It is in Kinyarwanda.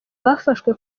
bafashwe